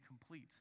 complete